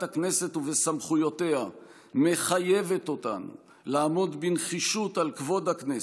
הכנסת ובסמכויותיה מחייבת אותנו לעמוד בנחישות על כבוד הכנסת,